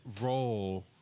role